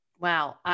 Wow